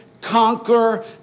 conquer